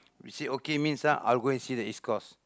we say okay means ah I will go and see the East-Coast